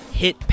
hit